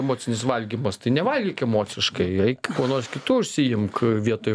emocinis valgymas tai nevalgyk emociškai eik kuo nors kitu užsiimk vietoj